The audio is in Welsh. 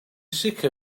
sicr